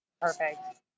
perfect